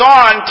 on